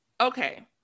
Okay